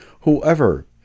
Whoever